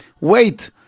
wait